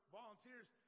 volunteers